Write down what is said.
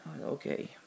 Okay